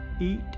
eat